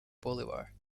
bolivar